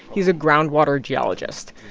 he's a groundwater geologist,